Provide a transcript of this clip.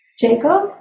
Jacob